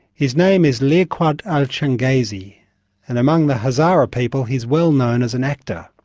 his name is liaquat ali changezi and among the hazara people he is well known as an actor,